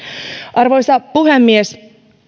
arvoisa puhemies